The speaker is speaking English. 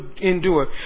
endure